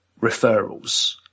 referrals